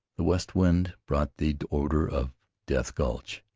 the west wind brought the odor of death gulch,